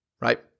right